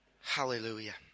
Hallelujah